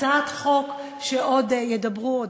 הצעת חוק שעוד ידברו אודותיה.